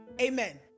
amen